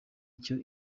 icyo